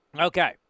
Okay